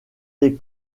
des